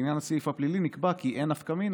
לעניין הסעיף הפלילי נקבע כי אין נפקא מינה